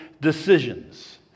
decisions